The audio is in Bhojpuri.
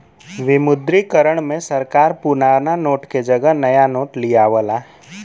विमुद्रीकरण में सरकार पुराना नोट के जगह नया नोट लियावला